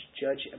judge